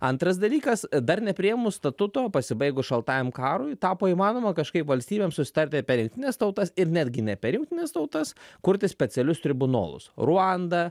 antras dalykas dar nepriėmus statuto pasibaigus šaltajam karui tapo įmanoma kažkaip valstybėms susitarti per jungtines tautas ir netgi ne per jungtines tautas kurti specialius tribunolus ruanda